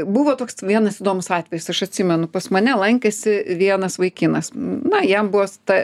buvo toks vienas įdomus atvejis aš atsimenu pas mane lankėsi vienas vaikinas na jam buvo ta